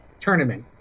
tournament